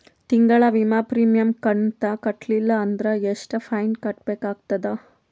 ತಿಂಗಳ ವಿಮಾ ಪ್ರೀಮಿಯಂ ಕಂತ ಕಟ್ಟಲಿಲ್ಲ ಅಂದ್ರ ಎಷ್ಟ ಫೈನ ಕಟ್ಟಬೇಕಾಗತದ?